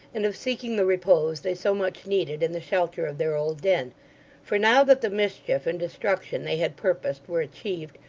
and of seeking the repose they so much needed in the shelter of their old den for now that the mischief and destruction they had purposed were achieved,